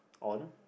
on